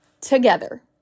together